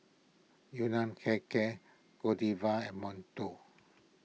Yun Nam Hair Care Godiva and Monto